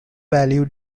value